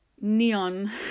neon